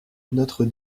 notre